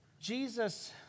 Jesus